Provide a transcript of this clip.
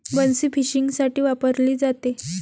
बन्सी फिशिंगसाठी वापरली जाते